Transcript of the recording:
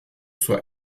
zur